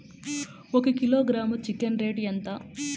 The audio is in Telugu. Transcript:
ఒక కిలోగ్రాము చికెన్ రేటు ఎంత?